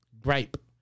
gripe